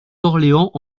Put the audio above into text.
d’orléans